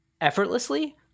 effortlessly